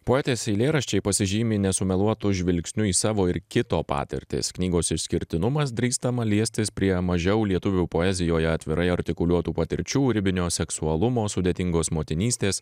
poetės eilėraščiai pasižymi nesumeluotu žvilgsniu į savo ir kito patirtis knygos išskirtinumas drįstama liestis prie mažiau lietuvių poezijoje atvirai artikuliuotų patirčių ribinio seksualumo sudėtingos motinystės